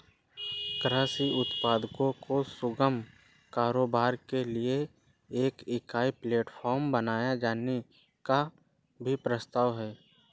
कृषि उत्पादों का सुगम कारोबार के लिए एक ई प्लेटफॉर्म बनाए जाने का भी प्रस्ताव है